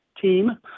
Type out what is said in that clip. Team